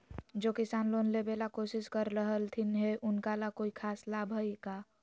जे किसान लोन लेबे ला कोसिस कर रहलथिन हे उनका ला कोई खास लाभ हइ का?